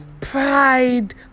Pride